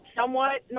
somewhat